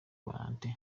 valentin